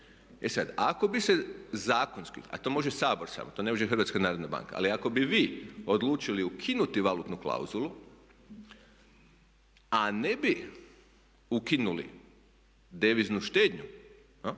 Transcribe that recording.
E sad, ako bi se zakonski, a to može Sabor samo, to ne može HNB, ali ako bi vi odlučili ukinuti valutnu klauzulu, a ne bi ukinuli deviznu štednju